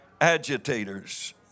agitators